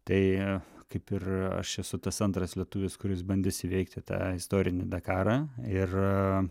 tai kaip ir aš esu tas antras lietuvis kuris bandys įveikti tą istorinį dakarą ir